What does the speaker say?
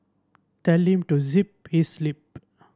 tell him to zip his lip